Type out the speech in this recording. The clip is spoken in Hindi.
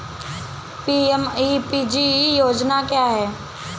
पी.एम.ई.पी.जी योजना क्या है?